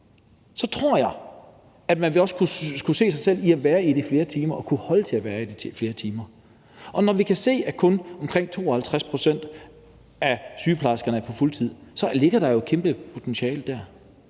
så tror jeg også, at man vil kunne se sig selv i at være i det i flere timer og kunne holde til at være i det flere timer, og når vi kan se, at kun omkring 52 pct. af sygeplejerskerne er på fuldtid, så ligger der jo et kæmpe potentiale der.